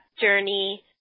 journey